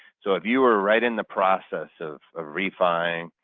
so if you were right in the process of refining,